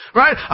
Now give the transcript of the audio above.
right